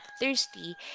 thirsty